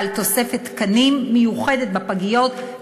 ועל תוספת תקנים מיוחדת בפגיות,